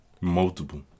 Multiple